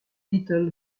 little